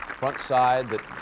front side but